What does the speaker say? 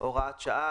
(הוראת שעה),